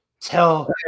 tell